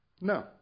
No